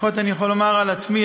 לפחות אני יכול לומר על עצמי,